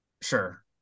Sure